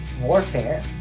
Warfare